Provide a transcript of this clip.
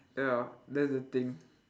ya that's the thing